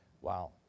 Wow